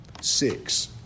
Six